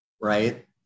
right